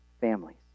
families